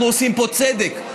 אנחנו עושים פה צדק,